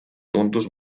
tundus